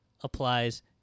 applies